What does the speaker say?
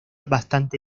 bastante